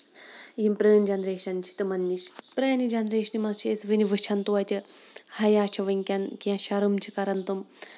یِم پرٲنۍ جنریشن چھِ تِمن نِش پرٲنہِ جنریشنہِ منٛز چھِ أسۍ وُنہِ وُچھان توتہِ حیا چھُ ؤنکین کیٚنٛہہ شَرٕم چھِ کران تِم